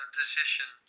decision